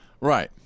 right